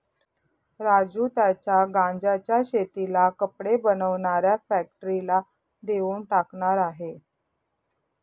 राजू त्याच्या गांज्याच्या शेतीला कपडे बनवणाऱ्या फॅक्टरीला देऊन टाकणार आहे